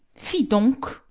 fi donc!